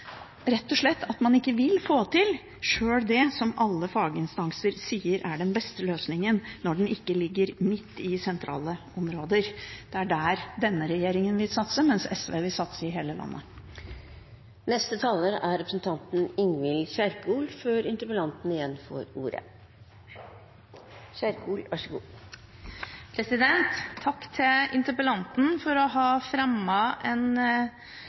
rett og slett at man ikke vil få til sjøl det som alle faginstanser sier er den beste løsningen – når den ikke ligger midt i sentrale områder. Det er der denne regjeringen vil satse, mens SV vil satse i hele landet. Takk til interpellanten for å ha gitt Stortinget en mulighet til å debattere viktige saker. Akkurat slik interpellanten sa, og for